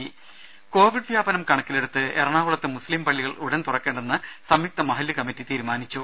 രുമ കോവിഡ് വ്യാപനം കണക്കിലെടുത്ത് എറണാകുളത്ത് മുസ്ലിം പള്ളികൾ ഉടൻ തുറക്കേണ്ടെന്ന് സംയുക്ത മഹല്ല് കമ്മിറ്റി തീരുമാനിച്ചു